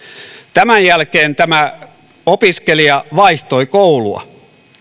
tämän jälkeen tämä opiskelija vaihtoi koulua